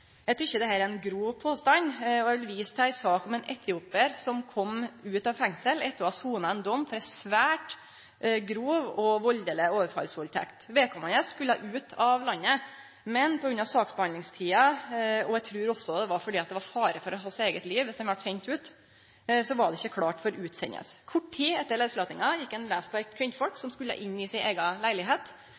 Eg synest dette er ein grov påstand, og eg vil vise til ei sak med ein etiopiar som kom ut av fengselet etter å ha sona ein dom for ei svært grov og valdeleg overfallsvaldtekt. Vedkommande skulle ut av landet, men på grunn av saksbehandlingstida – og eg trur også fordi det var fare for hans eige liv viss han vart sendt ut – så var det ikkje klart for utsending. Kort tid etter lauslatinga gjekk han laus på ei kvinne som skulle inn i si eiga